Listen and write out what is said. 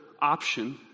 option